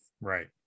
right